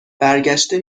برگشته